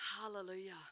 Hallelujah